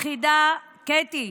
קטי,